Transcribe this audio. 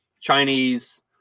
Chinese